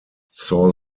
saw